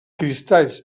cristalls